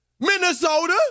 Minnesota